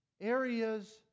areas